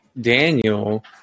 Daniel